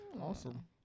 Awesome